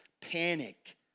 panic